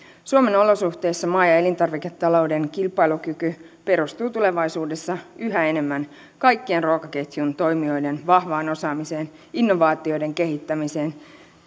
suomen olosuhteissa maa ja elintarviketalouden kilpailukyky perustuu tulevaisuudessa yhä enemmän kaikkien ruokaketjun toimijoiden vahvaan osaamiseen sekä innovaatioiden kehittämiseen